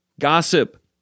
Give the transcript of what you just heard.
gossip